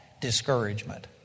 discouragement